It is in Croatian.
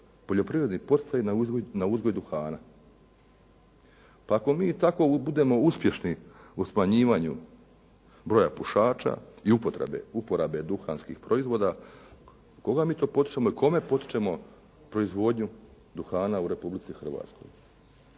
poljoprivredni na uzgoj duhana. Pa ako mi tako budemo uspješni u smanjivanju broja pušača i uporabe duhanskih proizvoda, koga mi to potičemo i kome potičemo proizvodnju duhana u Republici Hrvatskoj.